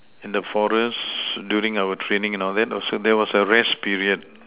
in the forest during our training and all that there was a rest period